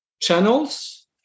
channels